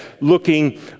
looking